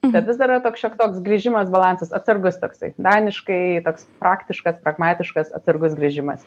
bet vis dar yra toks šioks toks grįžimas balansas atsargus toksai daniškai toks praktiškas pragmatiškas atsargus grįžimas